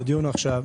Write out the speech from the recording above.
בדיון עכשיו.